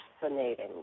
Fascinating